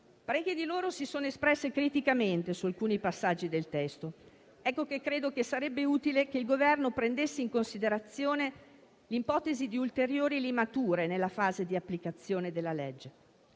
Parecchie di loro si sono espresse criticamente su alcuni passaggi del testo. Per questo credo che sarebbe utile che il Governo prendesse in considerazione l'ipotesi di ulteriori limature nella fase di applicazione della legge.